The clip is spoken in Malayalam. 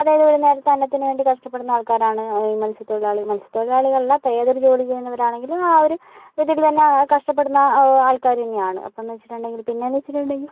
അതായത് ഒരു നേരത്തെ അന്നത്തിന് വേണ്ടി കഷ്ടപ്പെടുന്ന ആൾക്കാരാണ് മത്സ്യത്തൊഴിലാളി മത്സ്യതൊഴിലാളികളല്ല ഇപ്പോ ഏതൊരു ജോലി ചെയ്യുന്നവരാണെങ്കിലും ആ ഒരു ഇതിൽതന്നെ കഷ്ടപ്പെടുന്ന ആൾക്കാര് തന്നെയാണ് അപ്പംന്ന് വെച്ചിയിട്ട്നണ്ടങ്കില് പിന്നേന്ന് വെച്ട്ടുണ്ടങ്കില്